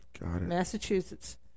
Massachusetts